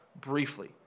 briefly